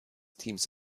teams